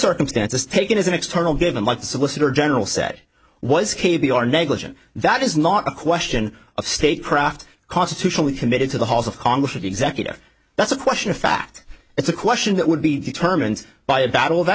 circumstances taken as an external given what solicitor general said was k b r negligent that is not a question of state craft constitutionally committed to the halls of congress or the executive that's a question of fact it's a question that would be determined by a battle of